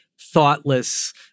thoughtless